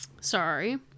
sorry